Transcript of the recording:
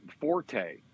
forte